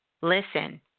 Listen